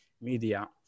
Media